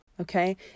okay